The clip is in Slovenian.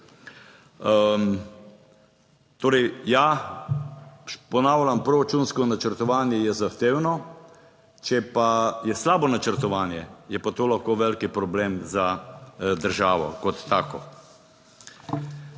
Torej, ja, ponavljam, proračunsko načrtovanje je zahtevno, če pa je slabo načrtovanje, je pa to lahko velik problem za državo kot tako.